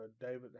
David